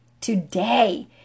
today